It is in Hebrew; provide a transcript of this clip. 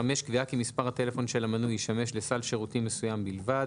(5)קביעה כי מספר הטלפון של המנוי ישמש לסל שירותים מסוים בלבד,